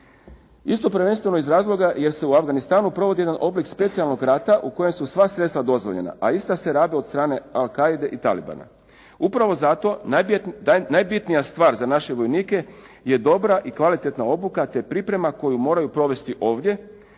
Isto prvenstveno iz razloga, jer se u Afganistanu provodi jedan oblik specijalnog rata u kojem su sva sredstva dozvoljena, a ista se rade od strane Al-Qa'ide i Talibana. Upravo zato najbitnija stvar za naše vojnike je dobra i kvalitetna obuka, te priprema koju moraju provesti ovdje,